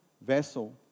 vessel